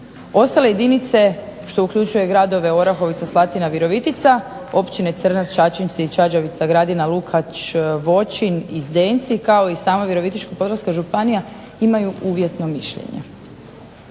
Ostale jedinice, što uključuje gradove Orahovica, Slatina, Virovitica, općine Crnač, Čačinci, Čađavica, Gradina, Lukač, Voćin i Zdenci kao i sama Virovitičko-podravska županija imaju uvjetno mišljenje.